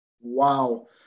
Wow